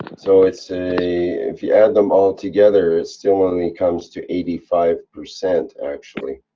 so it's a. if you add them all together, it still only comes to eighty five percent actually.